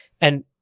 And-